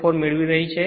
04 મેળવી રહી છે